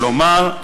כלומר,